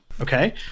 okay